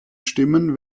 stimmen